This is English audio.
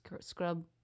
Scrub